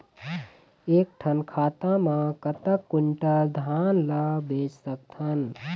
एक ठन खाता मा कतक क्विंटल धान ला बेच सकथन?